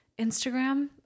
Instagram